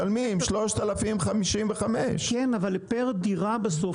משלמים 3,055. כן אבל פר דירה בסוף.